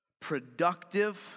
Productive